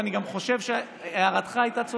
אני יודע איפה אני נמצא.